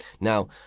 Now